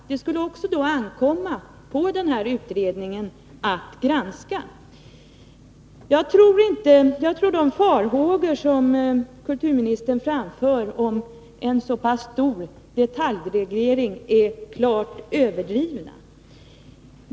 Detta skulle det också ankomma på utredningen att granska. Jag tror att de farhågor som kulturministern framför om en stor detaljreglering är klart överdrivna.